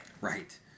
Right